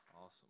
Awesome